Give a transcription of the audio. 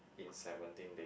in seventeen day